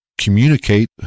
communicate